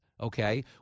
okay